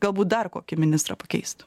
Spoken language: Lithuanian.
galbūt dar kokį ministrą pakeist